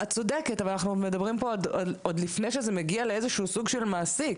את צודקת אבל אנחנו מדברים פה עוד לפני שזה מגיע לאיזה סוג של מעסיק.